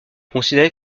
considérée